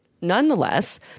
Nonetheless